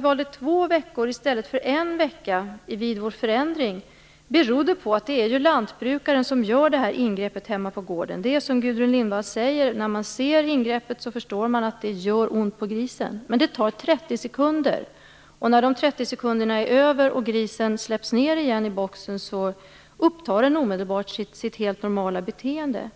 valde två veckor i stället för en vecka när vi gjorde en förändring berodde på att det är lantbrukaren som gör ingreppet hemma på gården. Det är som Gudrun Lindvall säger: När man ser ingreppet förstår man att det gör ont på grisen. Men det tar 30 sekunder. När de 30 sekunderna är över och grisen släpps ned igen i boxen upptar den omedelbart sitt helt normala beteende.